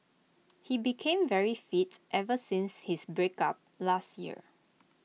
he became very fit ever since his breakup last year